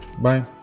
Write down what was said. Bye